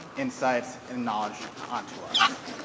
insights, and knowledge onto us.